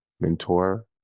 mentor